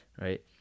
right